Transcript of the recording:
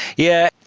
yeah.